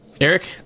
Eric